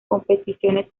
competiciones